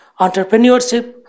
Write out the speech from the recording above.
entrepreneurship